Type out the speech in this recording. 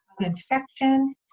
infection